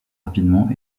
rapidement